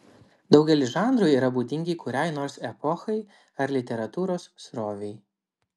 daugelis žanrų yra būdingi kuriai nors epochai ar literatūros srovei